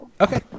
Okay